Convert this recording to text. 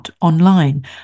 online